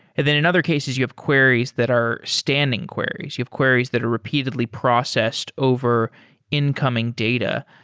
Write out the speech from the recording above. and then in other cases you have queries that are standing queries. you have queries that are repeatedly processed over incoming data.